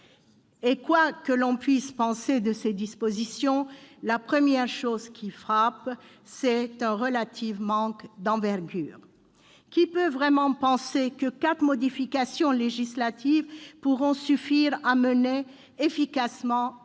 ! Quoi que l'on puisse penser de ses dispositions, la première chose qui frappe, c'est son relatif manque d'envergure. Qui peut vraiment penser que quatre modifications législatives suffiront pour lutter efficacement contre